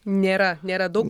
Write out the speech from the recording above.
nėra nėra daug